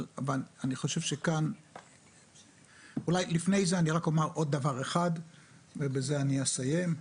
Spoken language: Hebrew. ואני חושב שכאן --- אולי לפני זה רק אומר עוד דבר אחד ובזה אסיים.